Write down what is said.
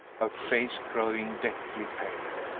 her face growing deathly pale.